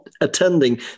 attending